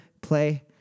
play